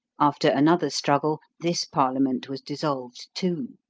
after another struggle this parliament was dissolved too.